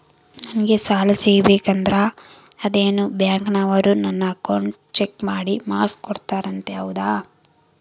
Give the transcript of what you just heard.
ನಂಗೆ ಸಾಲ ಸಿಗಬೇಕಂದರ ಅದೇನೋ ಬ್ಯಾಂಕನವರು ನನ್ನ ಅಕೌಂಟನ್ನ ಚೆಕ್ ಮಾಡಿ ಮಾರ್ಕ್ಸ್ ಕೋಡ್ತಾರಂತೆ ಹೌದಾ?